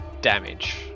damage